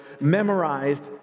memorized